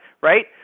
right